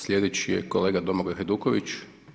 Slijedeći je kolega Domagoj Hajduković.